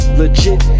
legit